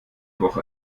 woche